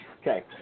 Okay